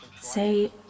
Say